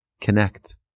Connect